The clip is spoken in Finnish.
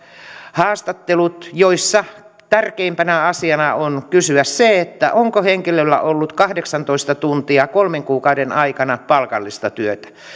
haastattelut joissa tärkeimpänä asiana on kysyä se onko henkilöllä ollut kahdeksantoista tuntia kolmen kuukauden aikana palkallista työtä